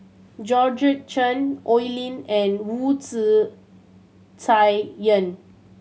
Georgette Chen Oi Lin and Wu Tsai Yen